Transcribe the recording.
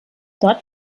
dort